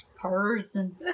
person